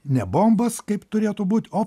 ne bombas kaip turėtų būt o